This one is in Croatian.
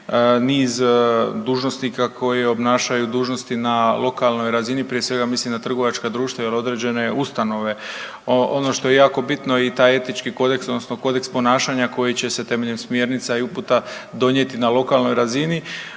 niz dužnosnika koji obnašaju dužnosti na lokalnoj razini, prije svega mislim na trgovačka društva i određene ustanove. Ono što je jako bitno i taj etički kodeks odnosno kodeks ponašanja koji će se temeljem smjernica i uputa donijeti na lokalnoj razini,